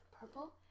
purple